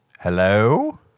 Hello